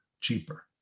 cheaper